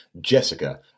Jessica